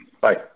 Bye